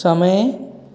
समय